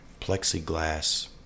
plexiglass